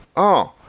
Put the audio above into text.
oh!